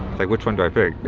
like which one do